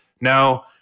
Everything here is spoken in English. Now